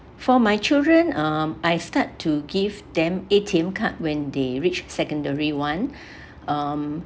for my children um I start to give them A_T_M card when they reach secondary one um